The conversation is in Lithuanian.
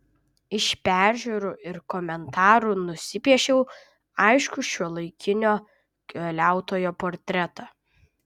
iš peržiūrų ir komentarų nusipiešiau aiškų šiuolaikinio keliautojo portretą